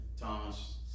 Thomas